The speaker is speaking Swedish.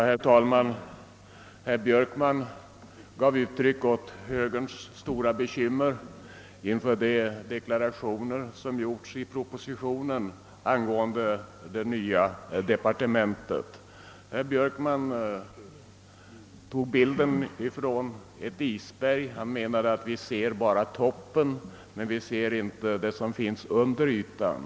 Herr talman! Herr Björkman gav uttryck åt högerns stora bekymmer inför de deklarationer som gjorts i propositionen angående det nya departementet. Herr Björkman tecknade bilden av ett isberg och menade att vi ser bara toppen och inte det som finns under ytan.